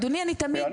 אדוני, אני תמיד